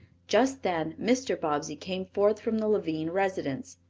just then mr. bobbsey came forth from the lavine residence.